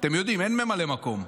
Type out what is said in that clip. אתם יודעים, אין ממלא מקום.